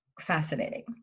Fascinating